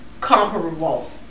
comparable